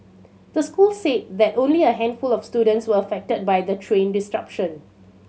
the school said that only a handful of students were affected by the train disruption